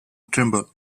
trimble